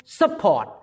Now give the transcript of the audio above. support